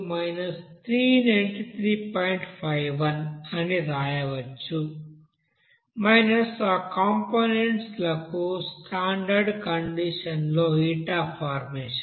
51కార్బన్ dioxide అని వ్రాయవచ్చు ఆ కంపోనెంట్స్ లకు స్టాండర్డ్ కండిషన్ లో హీట్ అఫ్ ఫార్మేషన్